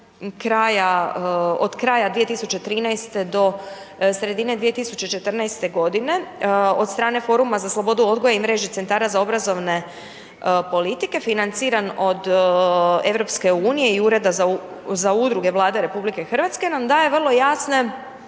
od kraja 2013. do sredine 2014. g. od strane Foruma za slobodu odgoja i mreži centara za obrazovne politike, financiran od EU i Ureda za udruge Vlade RH, nam daje vrlo jasne